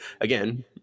again